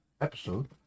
episode